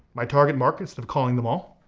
my target market, sort of calling them all,